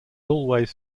always